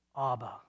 Abba